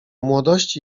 młodości